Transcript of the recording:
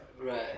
Right